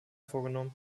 vorgenommen